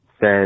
says